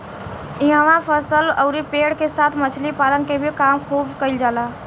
इहवा फसल अउरी पेड़ के साथ मछली पालन के भी काम खुब कईल जाला